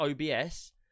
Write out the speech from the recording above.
OBS